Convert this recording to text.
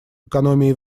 экономии